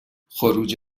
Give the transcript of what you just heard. خروج